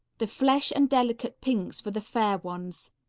the flesh and delicate pinks for the fair ones.